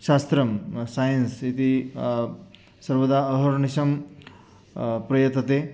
शास्त्रम् सैन्स् इति सर्वदा अहर्निशं प्रयतते